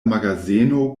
magazeno